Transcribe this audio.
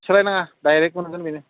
सोलाय नाङा डाइरेक्ट मोनगोन बेनो